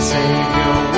Savior